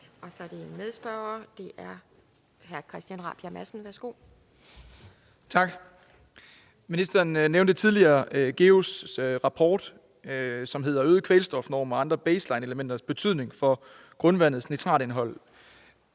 Rabjerg Madsen. Værsgo. Kl. 14:09 Christian Rabjerg Madsen (S): Tak. Ministeren nævnte tidligere GEUS's rapport om øgede kvælstofnormer og andre baselineelementers betydning for grundvandets nitratindhold.